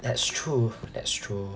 that's true that's true